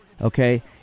Okay